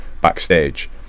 Backstage